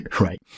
right